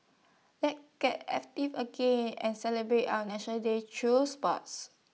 let's get active again and celebrate our National Day through sports